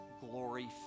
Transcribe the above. glory